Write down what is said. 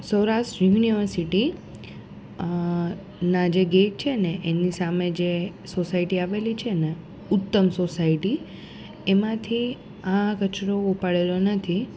Saurashtra university ના જે gate છે ને એની સામે જે સોસાઇટી આવેલી છે ને ઉત્તમ સોસાઇટી એમાંથી આ કચરો ઉપાડેલો નથી